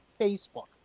Facebook